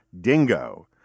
Dingo